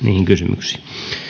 niihin kysymyksiin